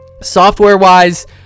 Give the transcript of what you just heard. Software-wise